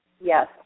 Yes